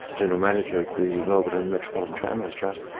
general manager of the melbourne and metropolitan tramways trust,